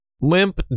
limp